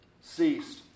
ceased